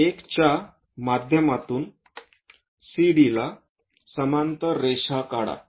1 च्या माध्यमातून CD ला समांतर रेषा काढा